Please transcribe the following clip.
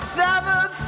seven